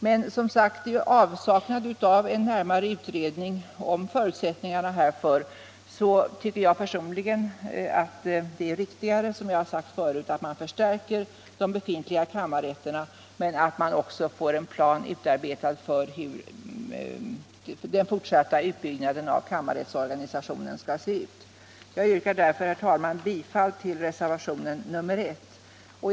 Men i avsaknad av en närmare utredning om förutsättningarna härför tycker jag som sagt personligen att det är riktigare att man förstärker de befintliga kammarrätterna och att man dessutom får en plan utarbetad för den fortsatta utbyggnaden av kammarrättsorganisationen. Herr talman! Jag yrkar därför bifall till reservationen 1 i justitieutskottets betänkande nr 35.